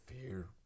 fear